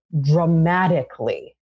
dramatically